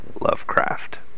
Lovecraft